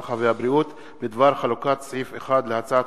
הרווחה והבריאות בדבר חלוקת סעיף 1 להצעת